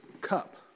cup